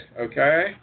okay